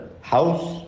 house